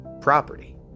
property